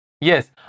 Yes